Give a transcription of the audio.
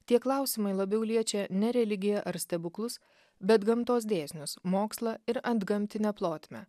tie klausimai labiau liečia ne religiją ar stebuklus bet gamtos dėsnius mokslą ir antgamtinę plotmę